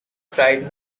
cried